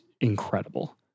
incredible